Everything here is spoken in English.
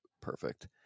perfect